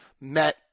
met